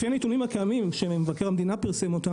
לפי הנתונים שפרסם מבקר המדינה,